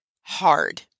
hard